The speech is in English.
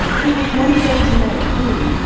he was one of those men, who,